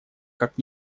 как